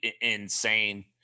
insane